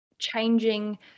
changing